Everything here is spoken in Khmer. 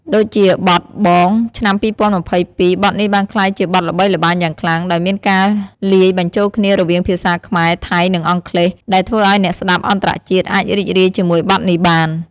ដូចជា បទ BONG ឆ្នាំ២០២២ បទនេះបានក្លាយជាបទល្បីល្បាញយ៉ាងខ្លាំង ដោយមានការលាយបញ្ចូលគ្នារវាងភាសាខ្មែរ ថៃ និងអង់គ្លេស ដែលធ្វើឱ្យអ្នកស្ដាប់អន្តរជាតិអាចរីករាយជាមួយបទនេះបាន។